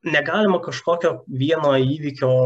negalima kažkokio vieno įvykio